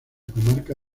comarca